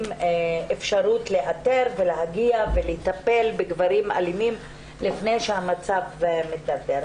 אפשרות לאתר להגיע ולטפל בגברים אלימים לפני שהמצב מתדרדר.